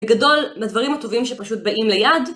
וגדול בדברים הטובים שפשוט באים ליד.